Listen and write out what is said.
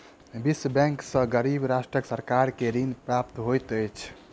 विश्व बैंक सॅ गरीब राष्ट्रक सरकार के ऋण प्राप्त होइत अछि